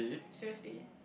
seriously